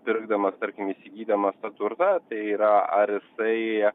pirkdamas tarkim įsigydamas tą turtą tai yra ar jisai